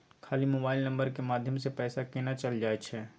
खाली mobile number के माध्यम से पैसा केना चल जायछै?